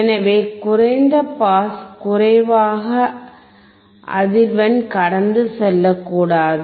எனவே குறைந்த பாஸ் குறைவாக அதிர்வெண் கடந்து செல்லக்கூடாது